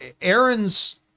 Aaron's